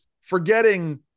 forgetting